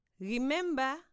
Remember